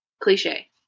Cliche